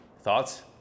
Thoughts